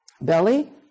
belly